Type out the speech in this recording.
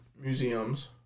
museums